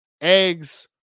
eggs